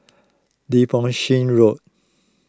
Devonshire Road